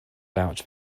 vouch